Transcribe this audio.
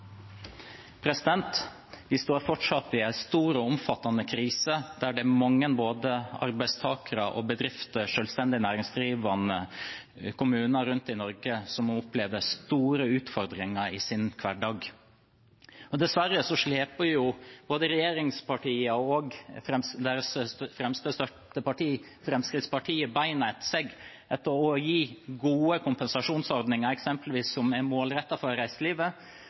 mange både arbeidstakere, bedrifter, selvstendig næringsdrivende og kommuner rundt om i Norge som opplever store utfordringer i sin hverdag. Men dessverre sleper både regjeringspartiene og deres fremste støtteparti, Fremskrittspartiet, beina etter seg når det gjelder å gi gode kompensasjonsordninger eksempelvis målrettet for reiselivet, samtidig som de er